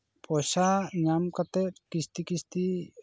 ᱯᱚᱭᱥᱟ ᱧᱟᱢ ᱠᱟᱛᱮᱫ ᱠᱤᱥᱛᱤ ᱠᱤᱥᱛᱤ